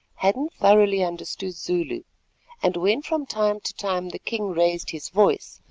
hadden thoroughly understood zulu and, when from time to time the king raised his voice,